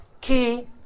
key